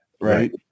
right